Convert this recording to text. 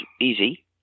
easy